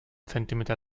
zentimeter